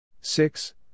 Six